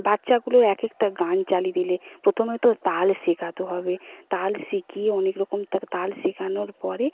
বাচ্চাগুলো একেকটা গান চালিয়ে দিলে প্রথমে তো তাল শেখা তো হবে তাল শিখিয়ে অনেক রকম তাক্ তাল শেখানোর পরে